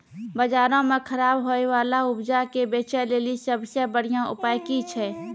बजारो मे खराब होय बाला उपजा के बेचै लेली सभ से बढिया उपाय कि छै?